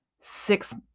six